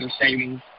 savings